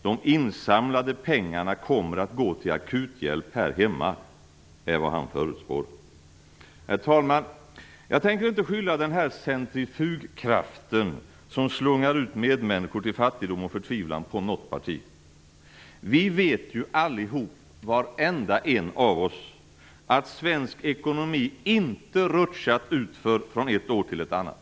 De insamlade pengarna kommer att gå till akuthjälp här hemma, förutspår han. Herr talman! Jag tänker inte skylla den här centrifugkraften som slungar ut medmänniskor till fattigdom och förtvivlan på något parti. Vi vet alla att svensk ekonomi inte rutschat utför från ett år till ett annat.